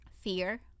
Fear